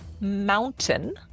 mountain